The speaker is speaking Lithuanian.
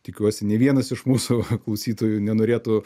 tikiuosi nei vienas iš mūsų klausytojų nenorėtų